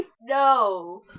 No